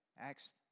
Acts